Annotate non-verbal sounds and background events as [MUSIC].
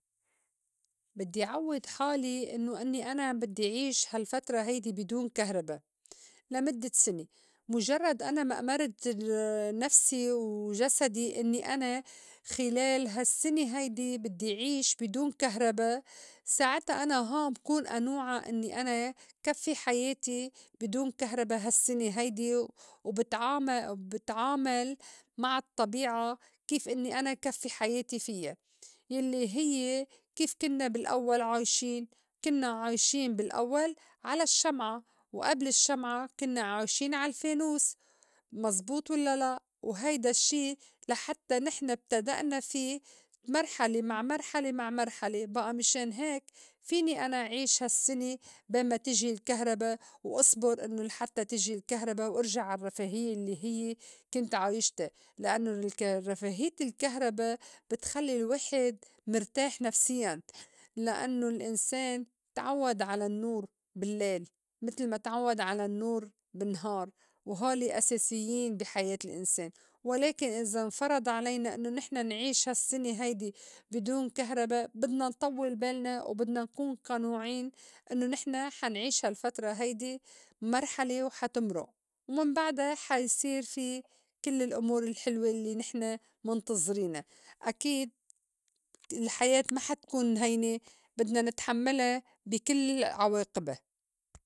بدّي عوّد حالي إنّو إنّي أنا بدّي عيش هالفترة هيدي بي دون كهربا لمدّة سنة. مُجرّد أنا ما أمَرِت نفسي وجسدي إنّي أنا خِلال هالسّنة هيدي بدّي عيش بي دون كهربا ساعتا أنا هون بكون أنوعه إنّي أنا كفّي حياتي بي دون كهربا هالسّنة هيدي. وبتعام- وبتعامل مع الطّبيعة كيف إنّي أنا كفّي حياتي فيّا يلّي هيّ كيف كنّا بالأوّل عايشين؟ كنّا عايشين بالأوّل على الشّمعة، وئبل الشّمعة كنّا عايشين عالفانوس. مزبوط ولّا لأ ؟وهيدا الشّي لحتّى نحن ابتدأنا في مرحلة مع مرحلة مع مرحلة بئى مِشان هيك فيني أنا عيش هالسّنة بين ما تيجي الكهربا وأصبُر إنّو لحتّى تجي الكهربا وارجع عالرّفاهيّة الّي هيّ كنت عايشتا. لإنّو الك [UNINTELLIGIBLE] الرّفاهيّة الكهربا بتخلّي الواحد مرتاح نفسيّاً لإنّو الإنسان تعوّد على النّور باللّيل متل ما تعوّد على النّور بالنهار وهولي أساسيّن بي حياة الأنسان. ولكن إذا انفرض علينا إنّو نحن نعيش هالسّنة هيدي بِدون كهربا بدنا نطوّل بالنا وبدنا نكون قانوعين إنّو نحن حنعيش هالفترة هيدي مرحلة وحتمرُء، ومن بعدا حا يصير في كل الأمور الحلوة الّي نحن منتظرينا. أكيد الحياة ما حتكون هينة بدنا نتحمّلا بي كل عواقِبا.